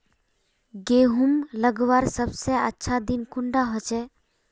गहुम लगवार सबसे अच्छा दिन कुंडा होचे?